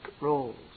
roles